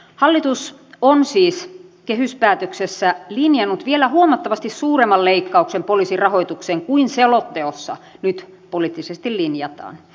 hallitus on siis kehyspäätöksessä linjannut vielä huomattavasti suuremman leikkauksen poliisin rahoitukseen kuin selonteossa nyt poliittisesti linjataan